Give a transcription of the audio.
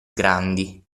grandi